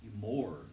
more